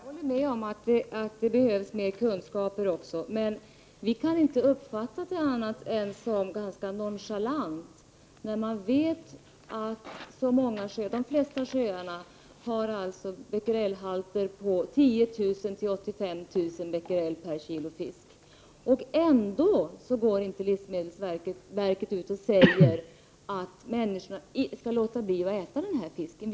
Herr talman! Jag håller med om att det behövs mer kunskap, men vi kan inte uppfatta det hela som något annat än ganska stor nonchalans. De flesta sjöarna har alltså becquerelhalter på 10 000—85 000 bequerel per kilo fisk. Trots detta säger inte livsmedelsverket att människorna skall låta bli att äta fisken.